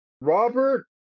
Robert